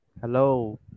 Hello